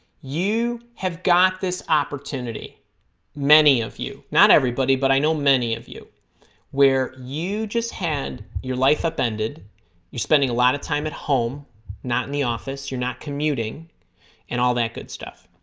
you have got this opportunity many of you not everybody but i know many of you where you just had your life upended you're spending a lot of time at home not in the office you're not commuting and all that good stuff